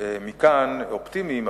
מכאן אופטימיים.